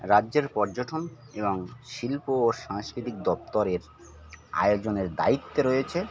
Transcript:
রাজ্যের পর্যটন এবং শিল্প ও সাংস্কৃতিক দপ্তরের আয়োজনের দায়িত্বে রয়েছে